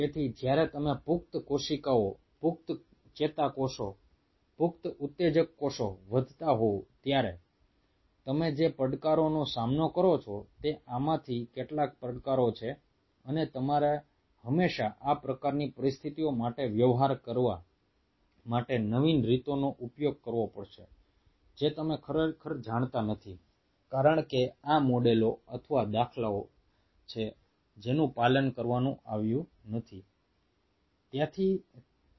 તેથી જ્યારે તમે પુખ્ત કોશિકાઓ પુખ્ત ચેતાકોષો પુખ્ત ઉત્તેજક કોષો વધતા હોવ ત્યારે તમે જે પડકારોનો સામનો કરો છો તે આમાંથી કેટલાક પડકારો છે અને તમારે હંમેશા આ પ્રકારની પરિસ્થિતિઓ સાથે વ્યવહાર કરવા માટે નવીન રીતોનો ઉપયોગ કરવો પડશે જે તમે ખરેખર જાણતા નથી કારણ કે આ મોડેલો અથવા દાખલાઓ છે જેનું પાલન કરવામાં આવ્યું નથી